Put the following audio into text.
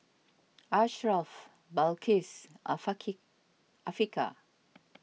Asharaff Balqis and Afiqah